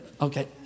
Okay